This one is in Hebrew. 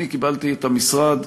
אני קיבלתי את המשרד,